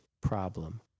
problem